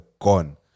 gone